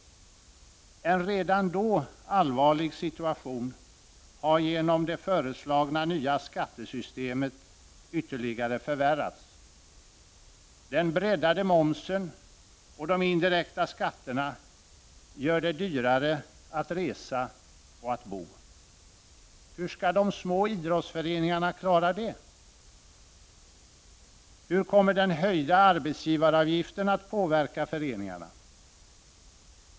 En redan då allvarlig situation har genom det föreslagna nya skattesystemet ytterligare förvärrats. Den breddade momsen och de indirekta skatterna gör det dyrare att resa och att bo. Hur skall de små idrottsföreningarna klara det? Hur kommer den höjda arbetsgivaravgiften att påverka föreningarna?